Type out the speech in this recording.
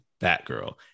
batgirl